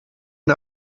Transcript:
der